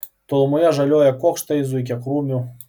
tolumoje žaliuoja kuokštai zuikiakrūmių